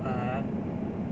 (uh huh)